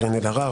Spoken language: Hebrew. קארין אלהרר,